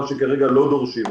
מה שכרגע לא דורשים,